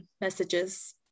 messages